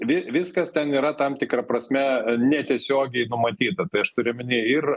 vi viskas ten yra tam tikra prasme netiesiogiai pamatyta tai aš turiu omeny ir